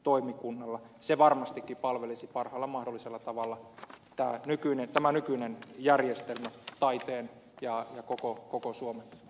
tämä nykyinen järjestelmä varmastikin palvelisi parhaalla mahdollisella tavalla tai nykyinen tämä nykyinen järjestelmä taiteen ja koko suomen asiaa